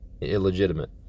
illegitimate